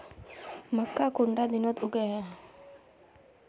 मक्का कुंडा दिनोत उगैहे?